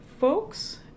folks